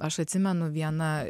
aš atsimenu viena